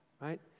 right